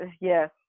Yes